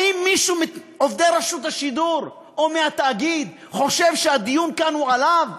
האם מישהו מעובדי רשות השידור או מהתאגיד חושב שהדיון כאן הוא עליו?